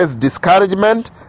discouragement